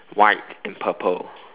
white and purple